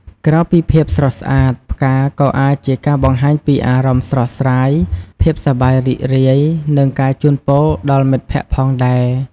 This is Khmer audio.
ក្រៅពីភាពស្រស់ស្អាត ផ្កាក៏អាចជាការបង្ហាញពីអារម្មណ៍ស្រស់ស្រាយ ភាពសប្បាយរីករាយ និងការជូនពរដល់មិត្តភក្តិផងដែរ។